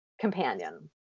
companion